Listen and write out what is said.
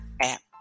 app